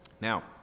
Now